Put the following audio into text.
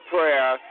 Prayer